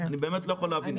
אני באמת לא יכול להבין את זה.